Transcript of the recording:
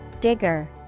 Digger